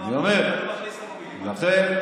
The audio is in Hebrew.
למה אתה מכניס לנו מילים לפה?